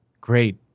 Great